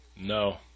no